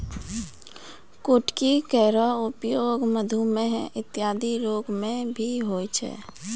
कुटकी केरो प्रयोग मधुमेह इत्यादि रोग म भी होय छै